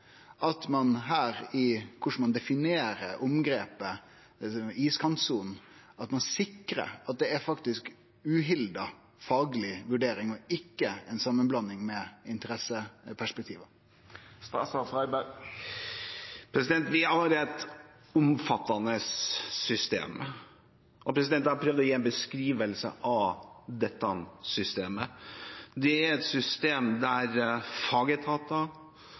at det faktisk er etter uhilda faglege vurderingar og ikkje ei samanblanding med interesseperspektivet? Vi har et omfattende system, og jeg har prøvd å gi en beskrivelse av dette systemet. Det er et system der fagetater